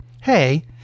Hey